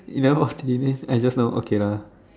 eleven forty only end just now okay lah